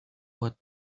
what